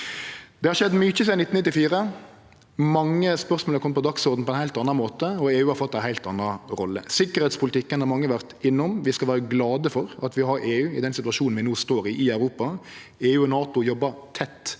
Det har skjedd mykje sidan 1994. Mange spørsmål er komne på dagsordenen på ein heilt annan måte, og EU har fått ei heilt anna rolle. Tryggleikspolitikken har mange vore innom. Vi skal vere glade for at vi har EU i den situasjonen vi no står i i Europa. EU og NATO jobbar tett